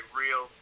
real